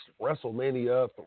WrestleMania